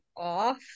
off